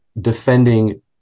defending